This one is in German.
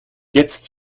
jetzt